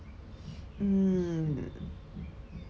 mm